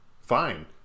Fine